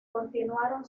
continuaron